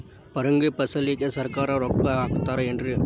ಪರಂಗಿ ಫಸಲಿಗೆ ಸರಕಾರ ರೊಕ್ಕ ಹಾಕತಾರ ಏನ್ರಿ?